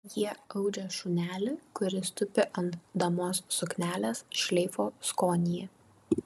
jie audžia šunelį kuris tupi ant damos suknelės šleifo skonyje